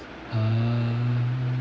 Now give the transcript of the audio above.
um